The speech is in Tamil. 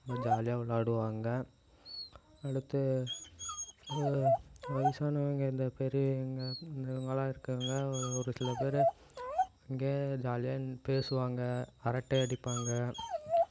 ரொம்ப ஜாலியாக விளாடுவாங்க அடுத்து வயசானவங்க இந்த பெரியவங்க இங்கே இவங்கல்லாம் இருக்காங்க ஒரு ஒரு சில பேர் இங்கே ஜாலியாக பேசுவாங்க அரட்டை அடிப்பாங்க